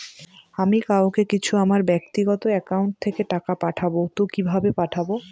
আমি কাউকে কিছু আমার ব্যাক্তিগত একাউন্ট থেকে টাকা পাঠাবো তো কিভাবে পাঠাবো?